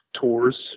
tours